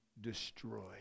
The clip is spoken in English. destroyed